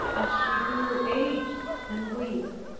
as she grew aged and weak,